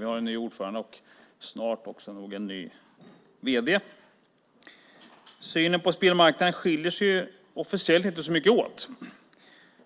Vi har en ny ordförande och snart också en ny vd. Synen på spelmarknaden skiljer sig officiellt inte så mycket åt mellan partierna.